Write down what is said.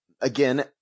again